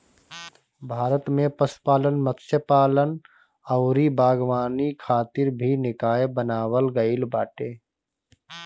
भारत में पशुपालन, मत्स्यपालन अउरी बागवानी खातिर भी निकाय बनावल गईल बाटे